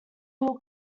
will